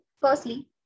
firstly